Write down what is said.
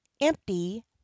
empty